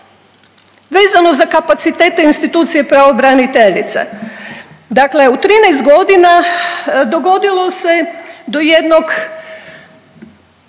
Vezano za kapacitete institucije pravobraniteljice, dakle u 13 godina dogodilo se do jednog